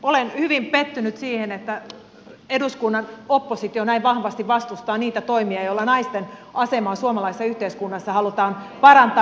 olen hyvin pettynyt siihen että eduskunnan oppositio näin vahvasti vastustaa niitä toimia joilla naisten asemaa suomalaisessa yhteiskunnassa halutaan parantaa